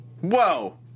Whoa